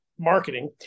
marketing